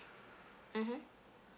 mmhmm